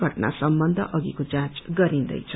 घटना सम्बन्ध अषिको जाँच गरिन्दैछ